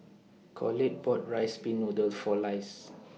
Colette bought Rice Pin Noodle For Lise